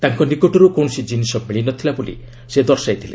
ତାଙ୍କ ନିକଟରୁ କୌଣସି ଜିନିଷ ମିଳି ନ ଥିଲା ବୋଲି ସେ ଦର୍ଶାଇଥିଲେ